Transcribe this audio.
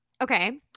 okay